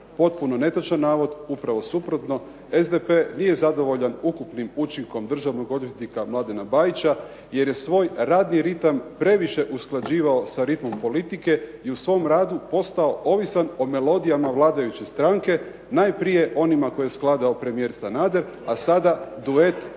Potpuno netočan navod, upravo suprotno. SDP nije zadovoljan ukupnim učinkom državnog odvjetnika Mladena Bajića, jer je svoj radni ritam previše usklađivao sa ritmom politike i u svom radu postao ovisan o melodijama vladajuće stranke najprije onima koje je skladao premijer Sanader, a sada duet